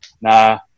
Nah